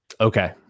Okay